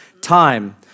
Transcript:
time